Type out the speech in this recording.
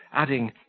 adding,